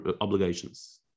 obligations